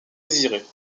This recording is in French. désiré